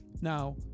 now